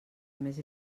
més